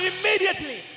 immediately